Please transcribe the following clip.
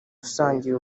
dusangiye